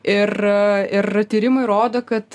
ir ir tyrimai rodo kad